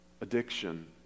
addiction